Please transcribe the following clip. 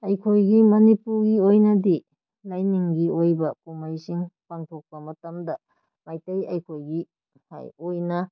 ꯑꯩꯈꯣꯏꯒꯤ ꯃꯅꯤꯄꯨꯔꯒꯤ ꯑꯣꯏꯅꯗꯤ ꯂꯥꯏꯅꯤꯡꯒꯤ ꯑꯣꯏꯕ ꯀꯨꯝꯍꯩꯁꯤꯡ ꯄꯥꯡꯊꯣꯛꯄ ꯃꯇꯝꯗ ꯃꯩꯇꯩ ꯑꯩꯍꯣꯏꯒꯤ ꯏꯁꯥꯒꯤ ꯑꯣꯏꯅ